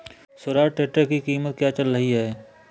Swaraj tractor की कीमत क्या चल रही है?